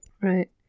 right